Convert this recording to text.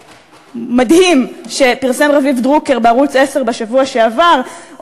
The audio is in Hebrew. המדהים שפרסם רביב דרוקר בערוץ 10 בשבוע שעבר,